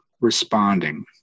responding